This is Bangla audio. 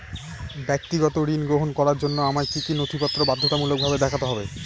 ব্যক্তিগত ঋণ গ্রহণ করার জন্য আমায় কি কী নথিপত্র বাধ্যতামূলকভাবে দেখাতে হবে?